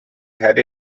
had